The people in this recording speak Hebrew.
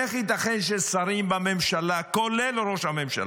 איך ייתכן ששרים בממשלה, כולל ראש הממשלה,